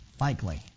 Likely